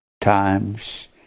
times